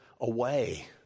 away